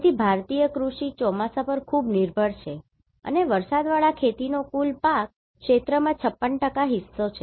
તેથી ભારતીય કૃષિ ચોમાસા પર ખૂબ નિર્ભર છે અને વરસાદવાળા ખેતીનો કુલ પાકના ક્ષેત્રમાં 56 હિસ્સો છે